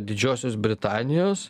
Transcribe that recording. didžiosios britanijos